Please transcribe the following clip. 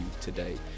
today